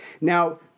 Now